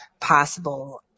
possible